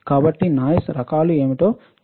కాబట్టి నాయిస్ రకాలు ఏమిటో చూద్దాం